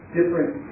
Different